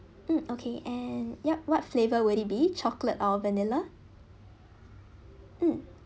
mm okay and yup what flavor would it be chocolate or vanilla